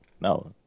No